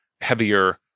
heavier